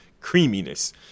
creaminess